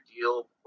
deal